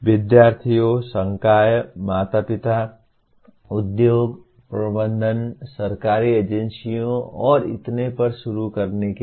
विद्यार्थियों संकाय माता पिता उद्योग प्रबंधन सरकारी एजेंसियों और इतने पर शुरू करने के लिए